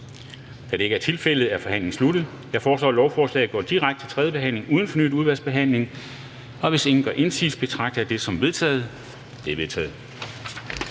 Da det ikke er tilfældet, er forhandlingen sluttet. Jeg foreslår, at lovforslaget går direkte til tredje behandling uden fornyet udvalgsbehandling. Og hvis ingen gør indsigelse, betragter jeg det som vedtaget. Det er vedtaget.